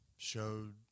showed